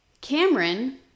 Cameron